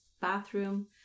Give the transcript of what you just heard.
bathroom